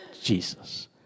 Jesus